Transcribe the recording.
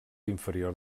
inferior